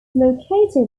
located